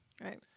Right